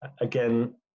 again